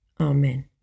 Amen